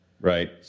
Right